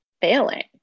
failing